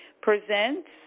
Presents